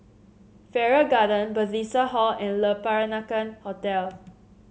Farrer Garden Bethesda Hall and Le Peranakan Hotel